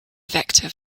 vector